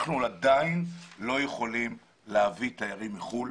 אנחנו עדיין לא יכולים להביא תיירים מחוץ לארץ.